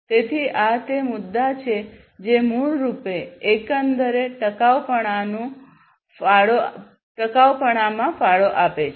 તેથી આ તે મુદ્દા છે જે મૂળ રૂપે એકંદર ટકાઉપણુંમાં ફાળો આપે છે